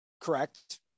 Correct